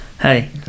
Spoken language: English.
hey